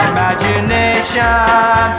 Imagination